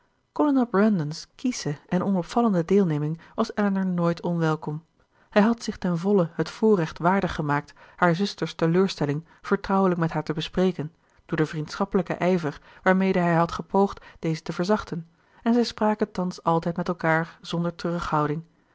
brandon's kiesche en onopvallende deelneming was elinor nooit onwelkom hij had zich ten volle het voorrecht waardig gemaakt haar zuster's teleurstelling vertrouwelijk met haar te bespreken door den vriendschappelijken ijver waarmede hij had gepoogd deze te verzachten en zij spraken thans altijd met elkaar zonder